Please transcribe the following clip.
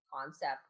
concept